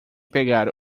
pegar